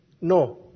No